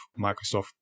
microsoft